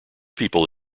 people